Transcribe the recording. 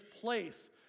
place